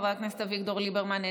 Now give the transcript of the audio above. חבר הכנסת אביגדור ליברמן,